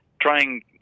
trying